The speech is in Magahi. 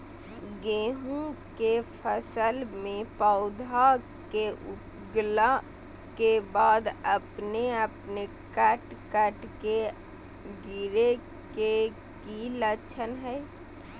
गेहूं के फसल में पौधा के उगला के बाद अपने अपने कट कट के गिरे के की लक्षण हय?